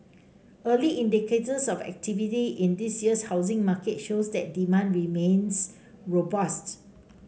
early indicators of activity in this year's housing market show that demand remains robusts